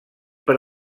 per